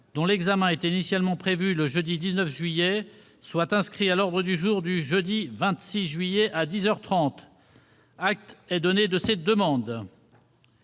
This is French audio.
dont l'examen était initialement prévu le jeudi 19 juillet, soit inscrit à l'ordre du jour du jeudi 26 juillet, à dix heures trente. Acte est donné de ces demandes.